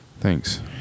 thanks